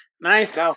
Nice